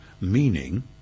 meaning